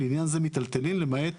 לעניין זה "מיטלטלין" למעט